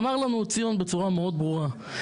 אמר לנו ציון בצורה מאוד ברורה,